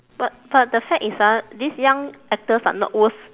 but but the fact is ah these young actors are not worth